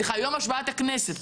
סליחה ביום השבעת הכנסת,